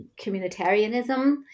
Communitarianism